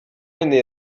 innej